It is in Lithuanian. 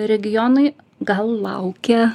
regionai gal laukia